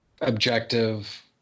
objective